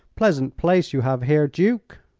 pleasant place you have here, duke.